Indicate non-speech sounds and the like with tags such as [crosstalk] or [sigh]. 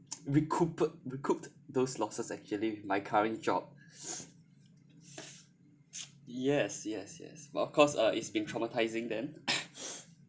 [noise] recuper~ recouped those losses actually with my current job yes yes yes but of course uh it's been traumatising then